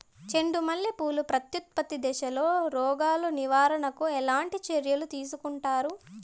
చెండు మల్లె పూలు ప్రత్యుత్పత్తి దశలో రోగాలు నివారణకు ఎట్లాంటి చర్యలు తీసుకుంటారు?